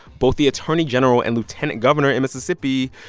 both the attorney general and lieutenant governor in mississippi,